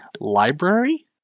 library